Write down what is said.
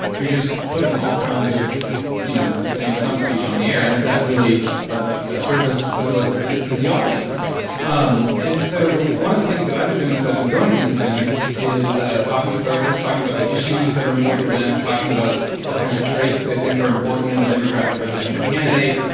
you're just putting all kinds of you know, the same stump speech on the air. and is that really a service to the the audience? yeah um and so one of the things that i've been doing as i've been going to these events is ah talking with voters, talking about the issues that are important to them, talking about what kind of traits they think are important in a democratic presidential candidate.